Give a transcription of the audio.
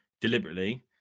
deliberately